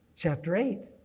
chapter eight.